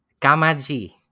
Kamaji